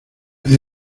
era